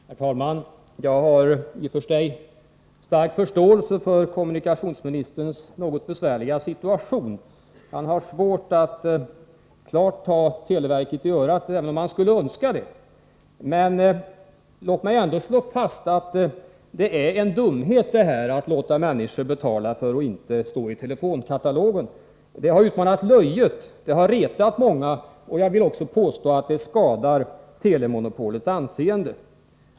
Herr talman! Jag har i och för sig stark förståelse för kommunikationsministerns något besvärliga situation. Han har svårt att klart ta televerket i örat, även om han skulle önska det. Men låt mig ändå slå fast att det är en dumhet att låta människor betala för att inte stå i telefonkatalogen. Det har utmanat löjet, det har retat många, och jag vill påstå att det skadar telemonopolets anseende.